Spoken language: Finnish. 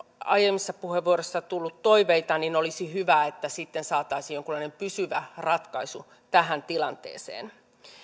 aiemmissa puheenvuoroissa tullut toiveita olisi hyvä että sitten saataisiin jonkunlainen pysyvä ratkaisu tähän tilanteeseen